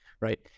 Right